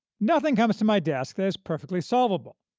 nothing comes to my desk that is perfectly solvable.